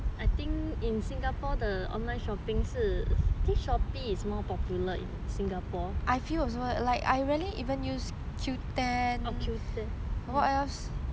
the online shopping 是 think shopee is more popular in singapore orh qoo ten what else